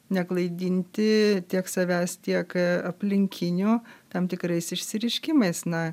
neklaidinti tiek savęs tiek aplinkinių tam tikrais išsireiškimais na